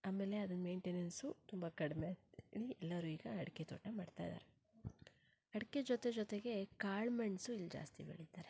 ಆಮೇಲೆ ಅದು ಮೇಂಟೆನೆನ್ಸು ತುಂಬ ಕಡಿಮೆ ಇಲ್ಲಿ ಎಲ್ಲರೂ ಈಗ ಅಡಿಕೆ ತೋಟ ಮಾಡ್ತಾ ಇದಾರೆ ಅಡಿಕೆ ಜೊತೆ ಜೊತೆಗೆ ಕಾಳು ಮೆಣಸು ಇಲ್ಲಿ ಜಾಸ್ತಿ ಬೆಳೀತಾರೆ